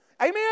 Amen